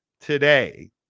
today